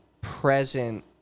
present